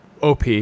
OP